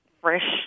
fresh